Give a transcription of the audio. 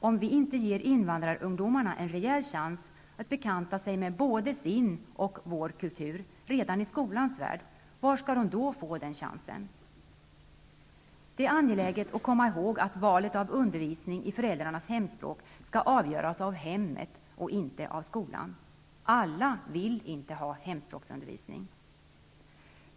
Om vi inte ger invandrarungdomarna en rejäl chans att bekanta sig med både sin och vår kultur redan i skolans värld, var skall de då få chansen? Det är angeläget att komma ihåg att valet av undervisning i föräldrarnas hemspråk skall avgöras av hemmet och inte av skolan. Alla vill inte ha hemspråksundervisning.